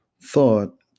thought